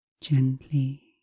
gently